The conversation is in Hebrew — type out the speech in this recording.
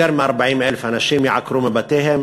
יותר מ-40,000 אנשים ייעקרו מבתיהם.